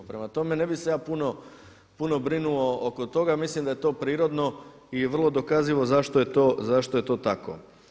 Prema tome, ne bi se ja puno brinuo oko toga, mislim da je to prirodno i vrlo dokazivo zašto je to tako.